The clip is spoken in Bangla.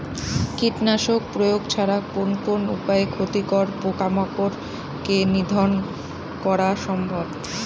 কীটনাশক প্রয়োগ ছাড়া কোন কোন উপায়ে ক্ষতিকর পোকামাকড় কে নিধন করা সম্ভব?